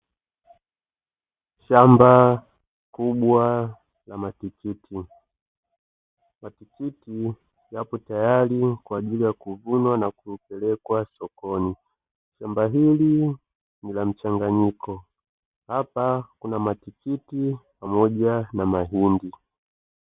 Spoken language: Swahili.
Shamba kubwa la matikiti, matikiti yapo tayari kwa ajili ya kuvunwa na kupelekwa sokoni, shamba hili ni la mchanganyiko hapa kuna matikiti pamoja na mahindi.